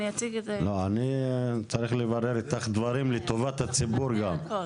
אני צריך לברר איתך דברים, גם לטובת הציבור.